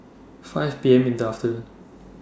five P M in The afternoon